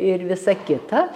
ir visa kita